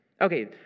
Okay